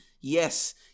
Yes